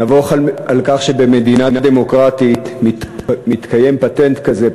נבוך על כך שבמדינה דמוקרטית מתקיים פטנט כזה,